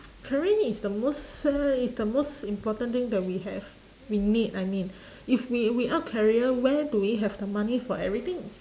career is the most uh is the most important thing that we have we need I mean if we without career where do we have the money for everything